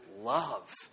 love